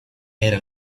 era